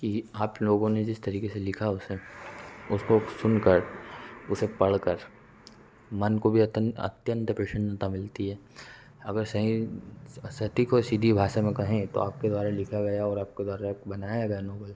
की आप लोगों ने जिस तरीके से लिखा उसे उसको सुनकर उसे पढ़कर मन को भी अत्यंत प्रसन्नता मिलती है अगर सही सटीक और सीधी भाषा में कहें तो आपके द्वारा लिखा गया और आपके द्वारा बनाया गया नोबल